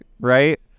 Right